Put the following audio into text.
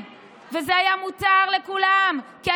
את